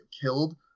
killed